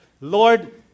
Lord